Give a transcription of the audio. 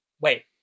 Wait